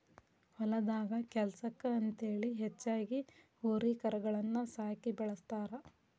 ಹೊಲದಾಗ ಕೆಲ್ಸಕ್ಕ ಅಂತೇಳಿ ಹೆಚ್ಚಾಗಿ ಹೋರಿ ಕರಗಳನ್ನ ಸಾಕಿ ಬೆಳಸ್ತಾರ